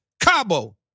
Cabo